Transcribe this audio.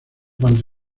cuanto